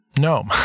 no